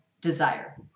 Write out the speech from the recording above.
desire